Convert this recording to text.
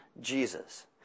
Jesus